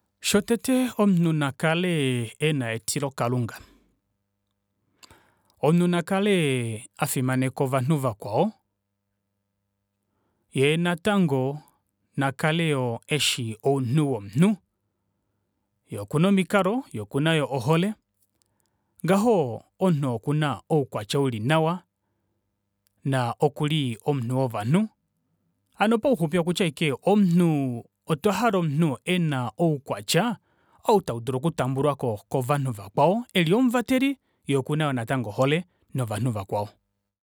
Shotete omunhu nakale ena etilokalunga omunhu nakale afimaneka ovanhu vakwao yee natango nakele eshi ounhu womunhu yee okuna omikalo yee okuna ohole ngaho omunhu oo kuna oukwatya uli nawa naa okuli omunhu wovanhu hano pauxupi okutya ashike omunhu otwa hala omunhu ena oukwatya ou taudulu okutambulwako kovanhu vakwao ena ohole novanhu vakwao